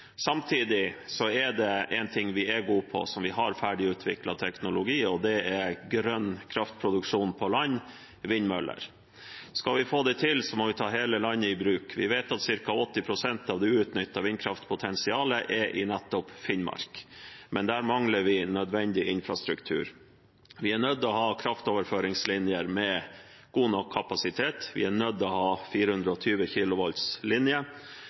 Samtidig er det én ting vi er gode på, hvor vi har ferdigutviklet teknologi, og det er grønn kraftproduksjon på land – vindmøller. Skal vi få det til, må vi ta hele landet i bruk. Vi vet at ca. 80 pst. av det uutnyttede vindkraftpotensialet er i Finnmark, men der mangler vi nødvendig infrastruktur. Vi er nødt til å ha kraftoverføringslinjer med god nok kapasitet, vi er nødt til å ha 420